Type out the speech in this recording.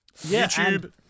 YouTube